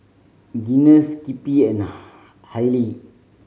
Guinness Skippy and Haylee